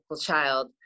child